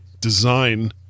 design